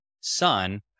son